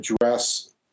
address